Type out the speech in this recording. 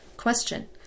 Question